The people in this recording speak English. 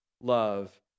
love